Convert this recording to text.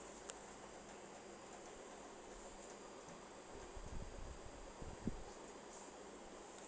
yes